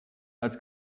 als